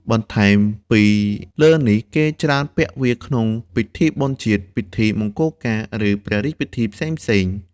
បន្ថែមពីលើនេះ គេច្រើនពាក់វាក្នុងពិធីបុណ្យជាតិ ពិធីមង្គលការ ឬព្រះរាជពិធីផ្សេងៗ។